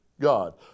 God